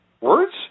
Words